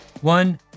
One